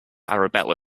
arabella